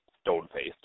stone-faced